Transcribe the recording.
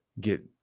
get